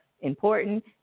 important